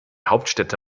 hauptstädte